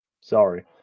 Sorry